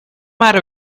matter